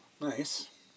Nice